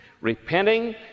Repenting